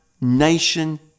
nation